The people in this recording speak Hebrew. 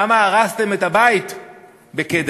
למה הרסתם את הבית בקידה,